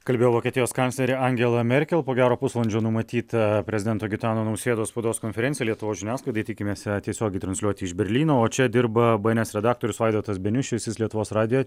kalbėjo vokietijos kanclerė angela merkel po gero pusvalandžio numatyta prezidento gitano nausėdos spaudos konferencija lietuvos žiniasklaidai tikimės ją tiesiogiai transliuoti iš berlyno o čia dirba bns redaktorius vaidotas beniušis jis lietuvos radijo